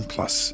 Plus